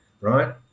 right